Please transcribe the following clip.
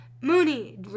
Mooney